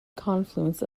confluence